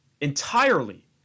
Entirely